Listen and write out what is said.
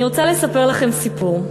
אני רוצה לספר לכם סיפור.